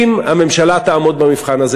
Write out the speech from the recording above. אם הממשלה תעמוד במבחן הזה,